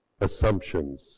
assumptions